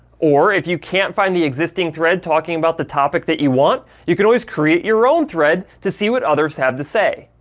or, if you can't find the existing thread talking about the topic that you want, you could always create your own thread to see what others have to say.